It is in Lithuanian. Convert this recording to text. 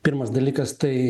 pirmas dalykas tai